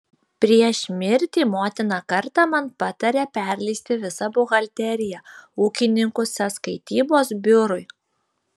prieš mirtį motina kartą man patarė perleisti visą buhalteriją ūkininkų sąskaitybos biurui